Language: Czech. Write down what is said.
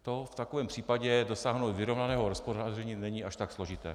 V takovém případě dosáhnout vyrovnaného hospodaření není až tak složité.